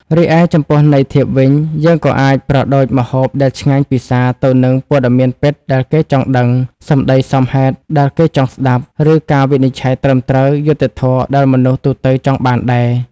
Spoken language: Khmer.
រីឯចំពោះន័យធៀបវិញ យើងក៏អាចប្រដូចម្ហូបដែលឆ្ងាញ់ពិសាទៅនឹង ព័ត៌មានពិតដែលគេចង់ដឹង សម្ដីសមហេតុដែលគេចង់ស្ដាប់ ឬការវិនិច្ឆ័យត្រឹមត្រូវ យុត្តិធម៌ដែលមនុស្សទូទៅចង់បានដែរ។